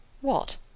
What